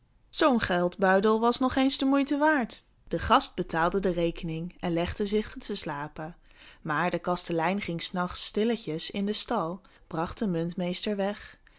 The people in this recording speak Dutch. zoo'n geldbuidel was nog eens de moeite waard de gast betaalde de rekening en legde zich te slapen maar de kastelein ging s nachts stilletjes in den stal bracht den muntmeester weg